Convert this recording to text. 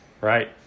right